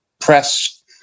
press